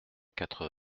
quatre